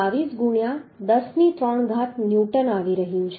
22 ગુણ્યાં 10 ની 3 ઘાત ન્યુટન આવી રહ્યું છે